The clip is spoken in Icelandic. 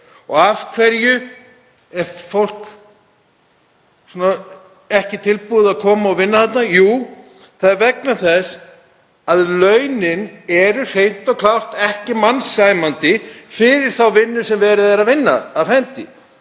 Og af hverju er fólk ekki tilbúið að koma og vinna þarna? Jú, það er vegna þess að launin eru hreint og klárt ekki mannsæmandi fyrir þá vinnu sem verið er að inna af hendi.